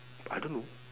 I don't know